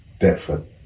Deptford